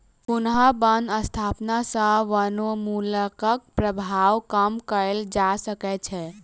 पुनः बन स्थापना सॅ वनोन्मूलनक प्रभाव कम कएल जा सकै छै